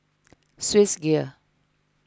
Swissgear